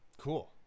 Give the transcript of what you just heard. Cool